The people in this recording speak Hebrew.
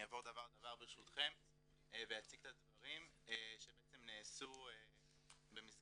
אני אעבור דבר-דבר ואציג את הדברים שנעשו במסגרת